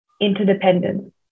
interdependence